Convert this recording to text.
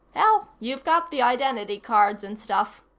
hell, you've got the identity cards and stuff,